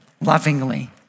lovingly